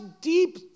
deep